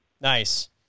Nice